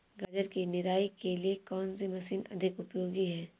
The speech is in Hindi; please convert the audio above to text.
गाजर की निराई के लिए कौन सी मशीन अधिक उपयोगी है?